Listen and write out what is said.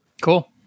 Cool